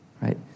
right